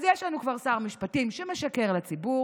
אז יש לנו כבר שר משפטים שמשקר לציבור,